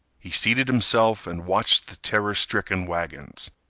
he seated himself and watched the terror-stricken wagons.